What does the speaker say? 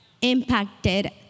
impacted